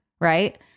right